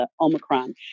Omicron